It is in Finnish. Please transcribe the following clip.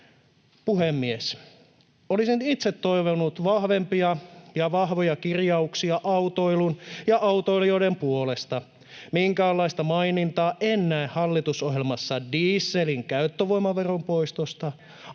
Puhemies! Olisin itse toivonut vahvempia ja vahvoja kirjauksia autoilun ja autoilijoiden puolesta. Minkäänlaista mainintaa en näe hallitusohjelmassa dieselin käyttövoimaveron poistosta, ammattidieselistä